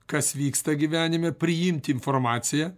kas vyksta gyvenime priimti informaciją